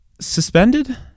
suspended